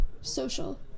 social